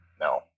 No